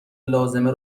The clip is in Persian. لازمه